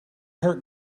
hurt